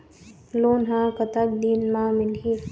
Loan ह कतक दिन मा मिलही?